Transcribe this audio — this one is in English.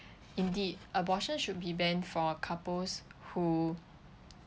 indeed abortion should be banned for couples who